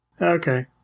Okay